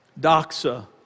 Doxa